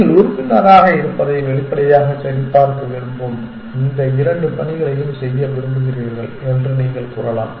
நீங்கள் உறுப்பினராக இருப்பதை வெளிப்படையாக சரிபார்க்க விரும்பும் இந்த இரண்டு பணிகளையும் செய்ய விரும்புகிறீர்கள் என்று நீங்கள் கூறலாம்